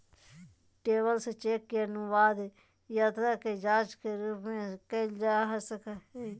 travellers cheque के अनुवाद यात्रा के जांच के रूप में कइल जा हइ